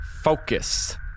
Focus